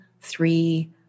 three